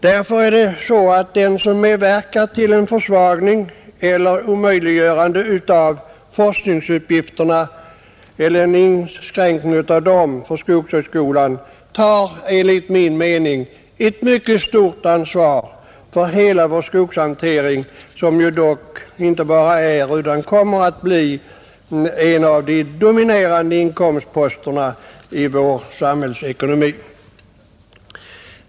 Därför är det så att den som medverkar till en försvagning eller ett omöjliggörande av forskningsuppgifterna för skogshögskolan enligt min mening tar på sig ett mycket stort ansvar för hela vår skogshantering, som inte bara är utan kommer att förbli en av de dominerande inkomstposterna i vår samhällsekonomi.